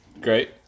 Great